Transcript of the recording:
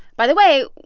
by the way,